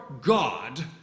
God